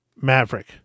Maverick